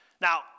Now